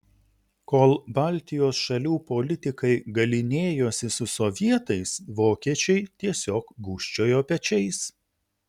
kol baltijos šalių politikai galynėjosi su sovietais vokiečiai tiesiog gūžčiojo pečiais